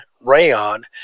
rayon